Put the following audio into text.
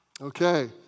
Okay